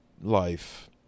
life